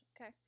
Okay